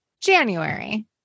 January